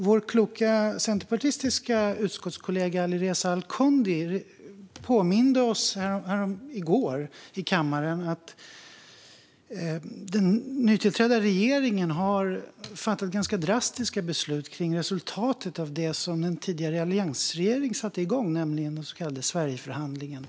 Vår kloka centerpartistiska utskottskollega Alireza Akhondi påminde oss här i kammaren i går om att den nytillträdda regeringen har fattat ganska drastiska beslut kring resultatet av det som den tidigare alliansregeringen satte igång, nämligen den så kallade Sverigeförhandlingen.